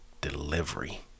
delivery